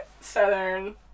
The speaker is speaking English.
southern